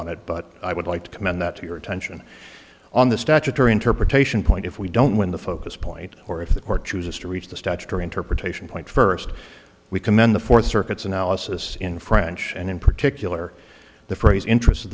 on it but i would like to amend that to your attention on the statutory interpretation point if we don't win the focus point or if the court chooses to reach the statutory interpretation point first we commend the fourth circuit's analysis in french and in particular the phrase interests of